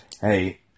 Hey